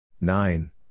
Nine